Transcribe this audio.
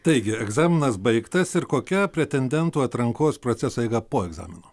taigi egzaminas baigtas ir kokia pretendentų atrankos proceso eiga po egzamino